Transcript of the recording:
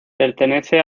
pertenece